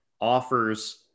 offers